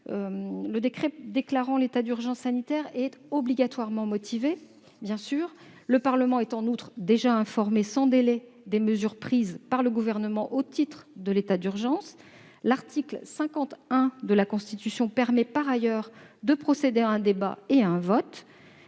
le décret déclarant l'état d'urgence sanitaire est obligatoirement motivé et le Parlement est déjà informé sans délai des mesures prises par le Gouvernement au titre de l'état d'urgence. L'article 50-1 de la Constitution permet en outre de procéder à une déclaration,